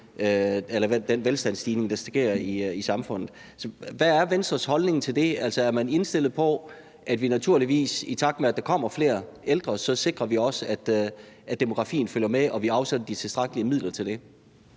med den velfærdsstigning, der sker i samfundet. Hvad er Venstres holdning til det? Altså, er man indstillet på, at vi naturligvis, i takt med at der kommer flere ældre, også sikrer, at demografien følger med, og at vi afsætter de tilstrækkelige midler til det?